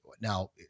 Now